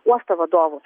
uosto vadovų